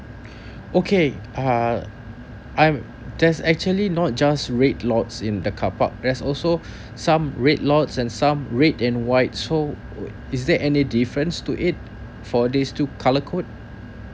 okay uh I'm there's actually not just red lots in the car park there's also some red lots and some red and white so is there any difference to it for this two colour code